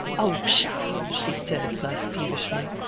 oh, pshaw, she said, less peevishly.